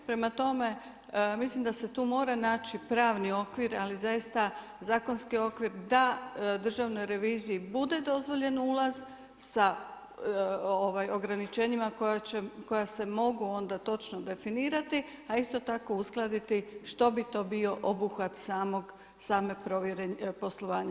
Prema tome, mislim da se tu mora naći pravni okvir ali zaista zakonski okvir da Državnoj reviziji bude dozvoljen ulaz sa ograničenjima koja se mogu onda točno definirati, a isto tako uskladiti što bi to bio obuhvat same provjere poslovanja.